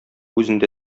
үзендә